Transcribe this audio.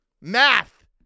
Math